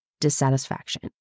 dissatisfaction